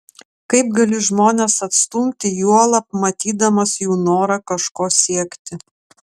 kaip gali žmones atstumti juolab matydamas jų norą kažko siekti